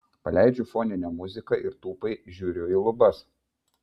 paleidžiu foninę muziką ir tūpai žiūriu į lubas